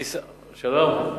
שלום,